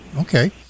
Okay